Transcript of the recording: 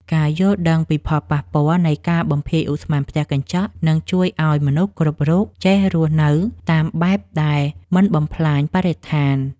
ការយល់ដឹងពីផលប៉ះពាល់នៃការបំភាយឧស្ម័នផ្ទះកញ្ចក់នឹងជួយឱ្យមនុស្សគ្រប់រូបចេះរស់នៅតាមបែបដែលមិនបំផ្លាញបរិស្ថាន។